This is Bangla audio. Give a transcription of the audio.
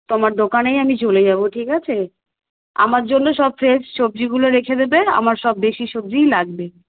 তোমার দোকানেই আমি চলে যাব ঠিক আছে আমার জন্য সব ফ্রেশ সবজিগুলো রেখে দেবে আমার সব বেশি সবজিই লাগবে